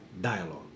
dialogue